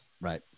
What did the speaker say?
right